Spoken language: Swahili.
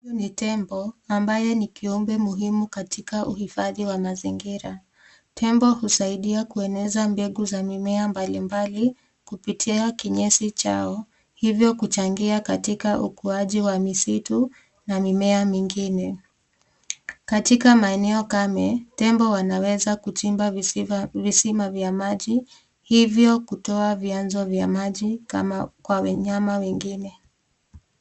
Huyu ni tembo ambaye ni kiumbe muhimu katika uhifadhi wa mazingira. Tembo husaidia kueneza mbegu za mimea mbalimbali kupitia kinyesi chao hivyo kuchangia katika ukuaji wa misitu na mimea mingine. Katika maeneo kame tembo wanaweza kuchimba visima vya maji hivyo kutoa vyanzo vya maji kwa wanyama wengine.